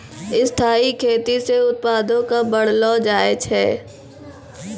स्थाइ खेती से उत्पादो क बढ़लो जाय छै